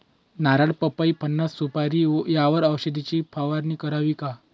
नारळ, पपई, फणस, सुपारी यावर औषधाची फवारणी करावी का?